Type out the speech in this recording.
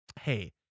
hey